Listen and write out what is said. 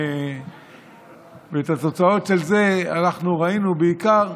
ואת התוצאות של זה ראינו בעיקר